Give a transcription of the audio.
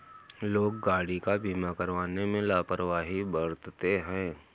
लोग गाड़ी का बीमा करवाने में लापरवाही बरतते हैं